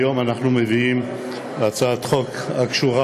היום אנחנו מביאים הצעת חוק הקשורה,